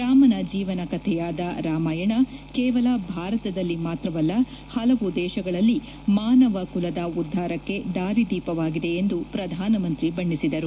ರಾಮನ ಜೀವನ ಕಥೆಯಾದ ರಾಮಾಯಣ ಕೇವಲ ಭಾರತದಲ್ಲಿ ಮಾತ್ರವಲ್ಲ ಹಲವು ದೇಶಗಳಲ್ಲಿ ಮಾನವ ಕುಲದ ಉದ್ದಾರಕ್ಕೆ ದಾರಿ ದೀಪವಾಗಿದೆ ಎಂದು ಪ್ರಧಾನಮಂತ್ರಿ ಬಣ್ಣಿಸಿದರು